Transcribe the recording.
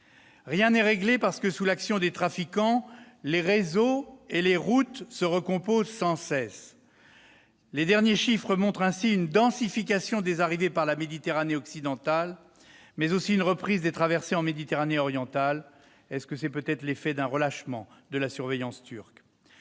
rien n'est réglé. D'une part, sous l'action des trafiquants, les réseaux et les routes se recomposent sans cesse. Les derniers chiffres montrent ainsi une densification des arrivées par la Méditerranée occidentale, mais aussi une reprise des traversées en Méditerranée orientale. Est-ce l'effet d'un relâchement de la surveillance turque ?